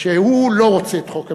שהוא לא רוצה את חוק המשילות,